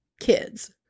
kids